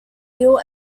ill